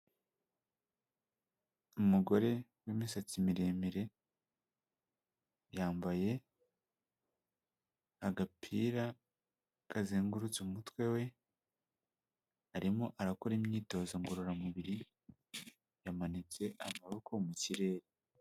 Umugore w'imisatsi miremire yambaye agapira kazengurutse umutwe we, arimo arakora imyitozo ngororamubiri yamanitse amaboko mu kirere.